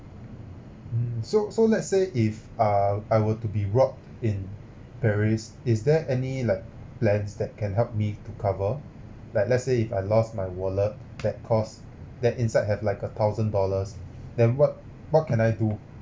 hmm so so let's say if uh I were to be robbed in paris is there any like plans that can help me to cover like let's say if I lost my wallet that cost that inside have like a thousand dollars then what what can I do